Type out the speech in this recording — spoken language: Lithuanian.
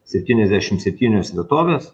septyniasdešim septynios vietovės